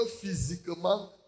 physiquement